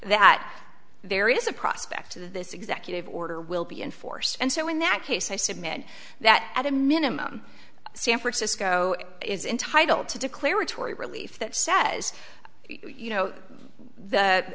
that there is a prospect of this executive order will be enforced and so in that case i submit that at a minimum san francisco is entitle to declaratory relief that says you you know the